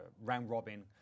round-robin